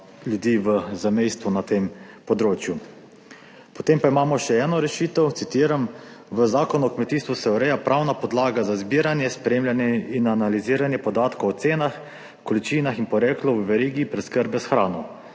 v zamejstvu na tem področju. Potem pa imamo še eno rešitev, citiram: »V Zakonu o kmetijstvu se ureja pravna podlaga za zbiranje, spremljanje in analiziranje podatkov o cenah, količinah in poreklu v verigi preskrbe s hrano.